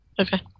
Okay